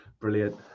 Brilliant